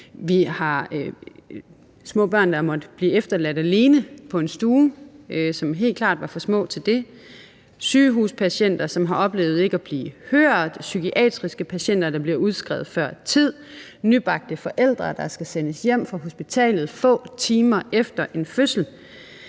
Vi har små børn, der har måttet blive efterladt alene på en stue, og som helt klart var for små til det. Der er sygehuspatienter, som har oplevet ikke at blive hørt. Der er psykiatriske patienter, der bliver udskrevet før tid. Der er nybagte forældre, der skal sendes hjem fra hospitalet få timer efter en fødsel.